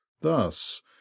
thus